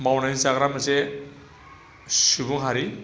मावनानै जाग्रा मोनसे सुबुं हारि